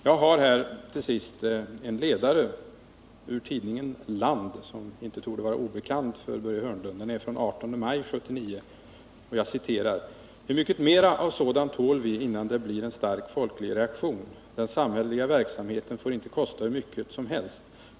Jag har här en ledare ur tidningen Land — som inte torde vara obekant för Börje Hörnlund. Den är från den 18 maj 1979. Jag citerar: ”Hur mycket mera av sådant tål vi innan det blir en stark folklig reaktion? Den samhälleliga verksamheten får inte kosta hur mycket som helst.